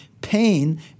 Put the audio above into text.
pain